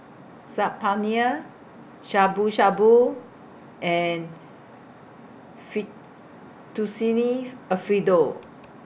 Saag Paneer Shabu Shabu and Fettuccine Alfredo